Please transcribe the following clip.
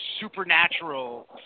supernatural